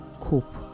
cope